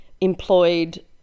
employed